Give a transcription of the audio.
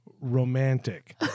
Romantic